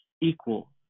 equal